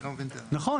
נכון.